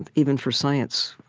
and even for science,